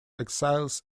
exiles